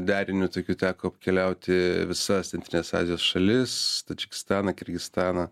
deriniu tokiu teko apkeliauti visas centrinės azijos šalis tadžikistaną kirgizstaną